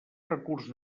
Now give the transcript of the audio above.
recurs